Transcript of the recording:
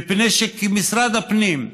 מפני שכמשרד הפנים,